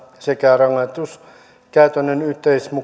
sekä rangaistuskäytännön